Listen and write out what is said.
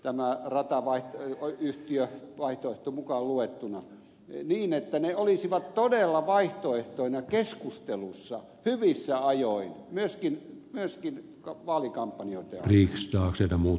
tämän rataa vai onko yhtiö ratayhtiövaihtoehto mukaan luettuna niin että rahoitustavat olisivat todella vaihtoehtoina keskustelussa hyvissä ajoin myöskin vaalikampanjoitten aikaan